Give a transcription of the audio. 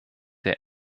der